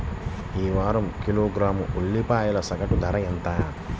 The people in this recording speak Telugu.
ఈ వారం కిలోగ్రాము ఉల్లిపాయల సగటు ధర ఎంత?